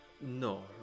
No